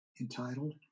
entitled